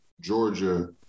georgia